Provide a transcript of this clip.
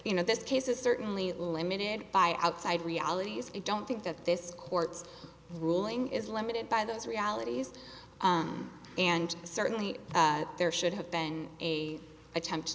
you know this case is certainly limited by outside realities i don't think that this court's ruling is limited by those realities and certainly there should have been a attempt to